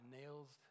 nails